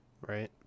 Right